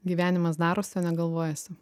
gyvenimas darosi o ne galvojasi